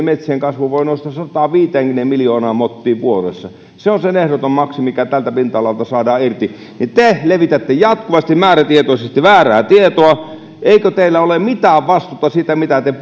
metsien kasvu voi nousta sataanviiteenkymmeneen miljoonaan mottiin vuodessa se on se ehdoton maksimi mikä tältä pinta alalta saadaan irti niin te levitätte jatkuvasti määrätietoisesti väärää tietoa eikö teillä ole mitään vastuuta siitä mitä te